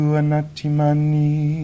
anatimani